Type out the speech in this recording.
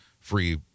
free